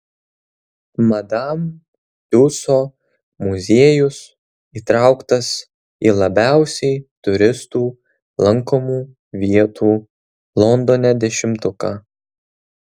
madam tiuso muziejus įtrauktas į labiausiai turistų lankomų vietų londone dešimtuką